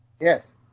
Yes